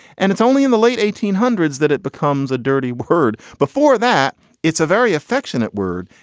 and it's only in the late eighteen hundreds that it becomes a dirty word. before that it's a very affectionate word.